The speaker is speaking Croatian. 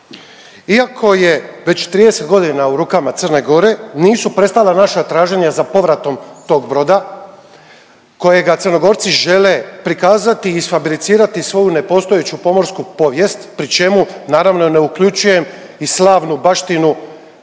Iako je već 30.g. u rukama Crne Gore, nisu prestala naša traženja za povratom tog broda kojega Crnogorci žele prikazati i isfabricirati svoju nepostojeću pomorsku povijest pri čemu naravno ne uključujem i slavnu baštinu